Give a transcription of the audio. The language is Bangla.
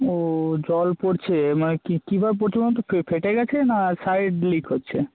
ও জল পড়ছে মানে কী কীভাবে পড়ছে মানে কি ফে ফেটে গেছে না সাইড লিক হচ্ছে